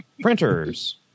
Printers